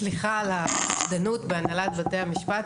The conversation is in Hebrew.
סליחה על החשדנות בהנהלת בתי המשפט,